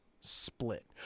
split